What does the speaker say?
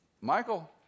Michael